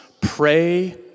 Pray